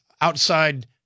outside